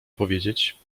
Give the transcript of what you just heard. powiedzieć